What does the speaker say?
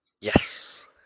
Yes